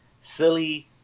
silly